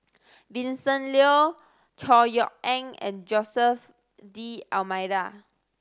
Vincent Leow Chor Yeok Eng and Jose D'Almeida